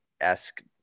esque